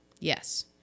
Yes